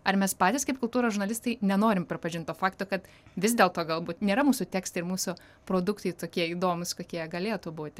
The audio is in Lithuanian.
ar mes patys kaip kultūros žurnalistai nenorim pripažint to fakto kad vis dėlto galbūt nėra mūsų tekstai ir mūsų produktai tokie įdomūs kokie galėtų būti